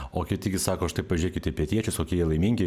o kiti gi sako štai pažiūrėkit į pietiečius kokie jie laimingi